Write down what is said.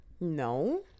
no